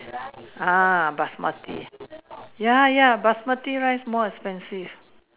ah Basmati ya ya Basmati rice more expensive